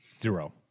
zero